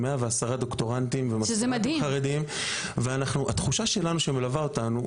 כ-110 דוקטורנטים ומסטרנטים חרדים והתחושה שמלווה אותנו,